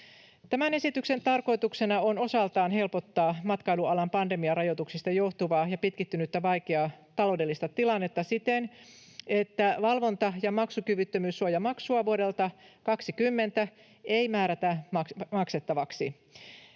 Tämän esityksen tarkoituksena on osaltaan helpottaa matkailualan pandemiarajoituksista johtuvaa ja pitkittynyttä vaikeaa taloudellista tilannetta siten, että valvonta- ja maksukyvyttömyyssuojamaksua vuodelta 20 ei määrätä maksettavaksi.